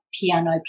piano